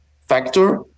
factor